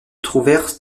trouvèrent